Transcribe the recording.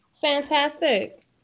Fantastic